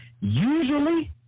Usually